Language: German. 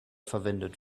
verwendet